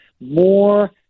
more